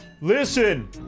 listen